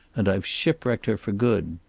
and i've shipwrecked her for good.